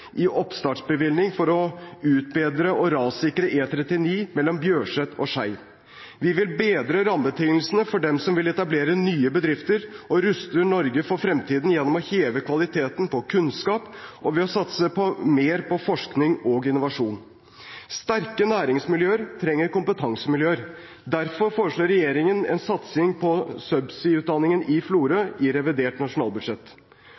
i oppstartsbevilgning for å utbedre og rassikre E39 mellom Bjørset og Skei. Vi vil bedre rammebetingelsene for dem som vil etablere nye bedrifter, og ruster Norge for fremtiden gjennom å heve kvaliteten på kunnskap og ved å satse på mer forskning og innovasjon. Sterke næringsmiljøer trenger kompetansemiljøer. Derfor foreslår regjeringen en satsing på subsea-utdanningen i Florø i revidert nasjonalbudsjett.